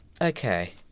Okay